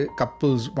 couples